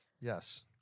Yes